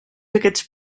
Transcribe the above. aquests